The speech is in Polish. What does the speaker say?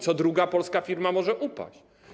Co druga polska firma może upaść.